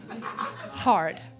Hard